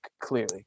clearly